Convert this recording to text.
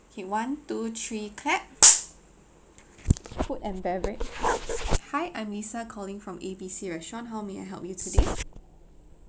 K one two three clap food and beverage hi I'm lisa calling from A B C restaurant how may I help you today